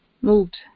moved